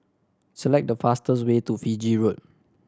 select the fastest way to Fiji Road